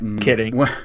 kidding